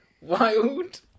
Wild